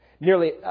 nearly